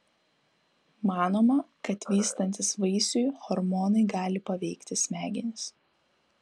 manoma kad vystantis vaisiui hormonai gali paveikti smegenis